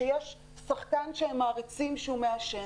שיש שחקן שהם מעריצים והוא מעשן.